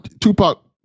Tupac